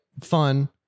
fun